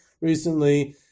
recently